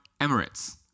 Emirates